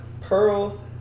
Pearl